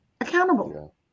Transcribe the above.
accountable